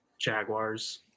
Jaguars